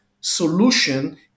solution